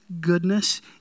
goodness